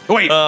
Wait